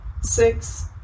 six